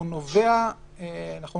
ואני